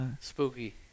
Spooky